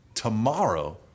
tomorrow